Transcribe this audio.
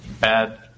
bad